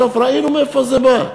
בסוף ראינו מאיפה זה בא.